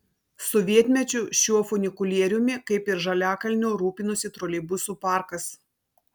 sovietmečiu šiuo funikulieriumi kaip ir žaliakalnio rūpinosi troleibusų parkas